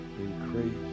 Increase